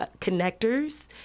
connectors